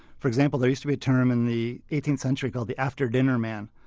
for example, there used to be a term in the eighteenth century called the after-dinner man,